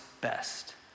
best